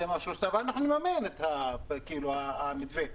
ואנחנו נממן את המתווה.